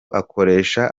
akoresha